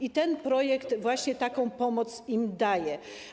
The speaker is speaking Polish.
I ten projekt właśnie taką pomoc im daje.